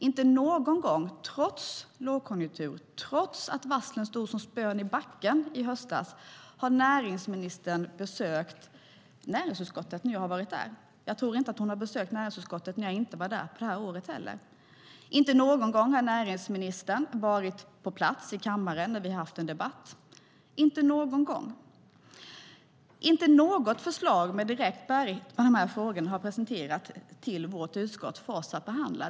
Inte någon gång, trots lågkonjunktur och trots att varslen stod som spön i backen i höstas, har näringsministern besökt näringsutskottet när jag har varit där. Jag tror inte att hon heller har besökt näringsutskottet när jag inte varit där. Inte någon gång har näringsministern varit på plats i kammaren när vi har haft en debatt, inte någon gång! Inte något förslag med direkt bäring på de här frågorna har presenterats för vårt utskott att behandla.